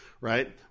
right